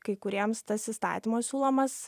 kai kuriems tas įstatymo siūlomas